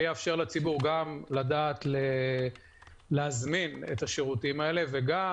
זה יאפשר לציבור גם לדעת להזמין את השירותים האלה וגם